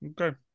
Okay